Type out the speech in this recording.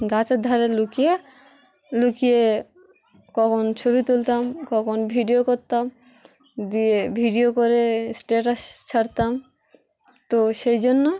গাছের ধারে লুকিয়ে লুকিয়ে কখন ছবি তুলতাম কখন ভিডিও করতাম দিয়ে ভিডিও করে স্ট্যাটাসে ছাড়তাম তো সেই জন্য